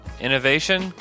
innovation